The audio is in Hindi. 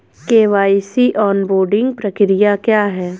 के.वाई.सी ऑनबोर्डिंग प्रक्रिया क्या है?